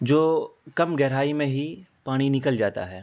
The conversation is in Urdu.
جو کم گہرائی میں ہی پانی نکل جاتا ہے